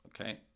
Okay